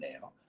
now